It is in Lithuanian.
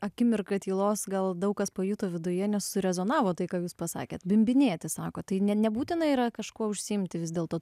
akimirką tylos gal daug kas pajuto viduje nesu rezonavo tai ką jūs pasakėte bimbinėti sako tai nebūtinai yra kažkuo užsiimti vis dėlto